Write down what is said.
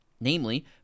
namely